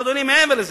אבל, אדוני, מעבר לזה,